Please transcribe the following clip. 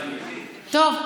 טוב.